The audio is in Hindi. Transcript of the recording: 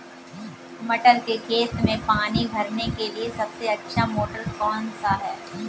मटर के खेत में पानी भरने के लिए सबसे अच्छा मोटर कौन सा है?